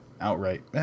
outright